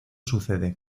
sucede